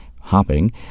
hopping